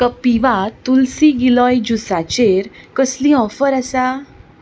कपिवा तुलसी गिलोय ज्यूसाचेर कसलीय ऑफर आसा